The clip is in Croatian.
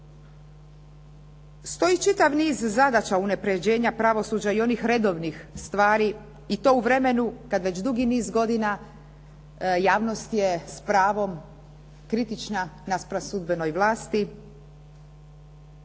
Stoji čitav niz zadaća unapređenja pravosuđa i onih redovnih stvari i to u vremenu kad već dugi niz godina jasnost je s pravom kritična naspram sudbenoj vlasti